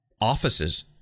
offices